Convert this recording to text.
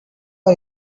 are